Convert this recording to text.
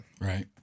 Right